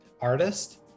artist